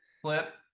flip